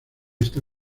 está